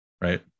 right